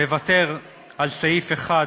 מוותר על סעיף אחד,